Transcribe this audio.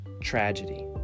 tragedy